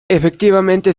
efectivamente